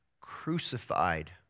crucified